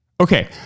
Okay